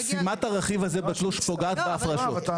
מר רז, לאט לאט, ברשותך.